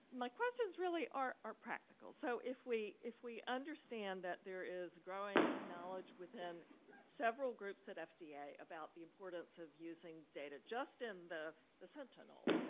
my questions really are are practical so if we if we understand that there is growing knowledge within several groups at fda yeah about the importance of using data just in the the sentinel,